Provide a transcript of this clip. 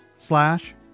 slash